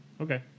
okay